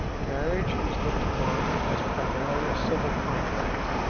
marriage is looked upon as primarily a civil contract,